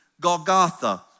Golgotha